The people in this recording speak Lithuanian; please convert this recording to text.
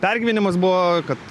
pergyvenimas buvo kad